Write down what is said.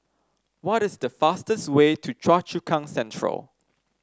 what is the fastest way to Choa Chu Kang Central